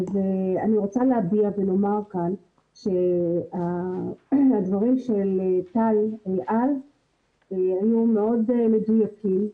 אני רוצה לומר כאן שהדברים של טל אל-על היו מאוד מדויקים.